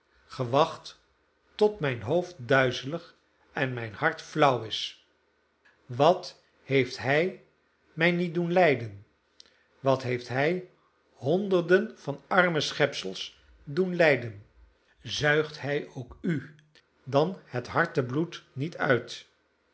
gewacht tot mijn hoofd duizelig en mijn hart flauw is wat heeft hij mij niet doen lijden wat heeft hij honderden van arme schepsels doen lijden zuigt hij ook u dan het hartebloed niet uit